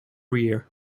rear